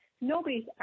nobody's